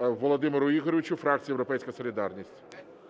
Володимиру Ігоровичу, фракція "Європейська солідарність".